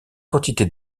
quantité